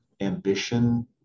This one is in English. ambition